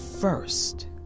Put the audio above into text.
first